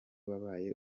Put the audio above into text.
wabaye